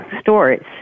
stories